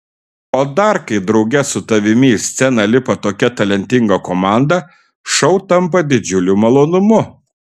o dar kai drauge su tavimi į sceną lipa tokia talentinga komanda šou tampa didžiuliu malonumu